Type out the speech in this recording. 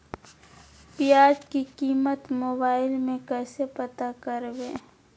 प्याज की कीमत मोबाइल में कैसे पता करबै?